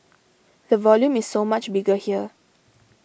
the volume is so much bigger here